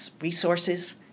resources